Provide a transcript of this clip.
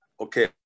okay